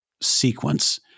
sequence